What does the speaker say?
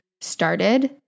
started